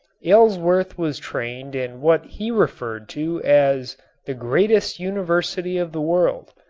aylesworth was trained in what he referred to as the greatest university of the world,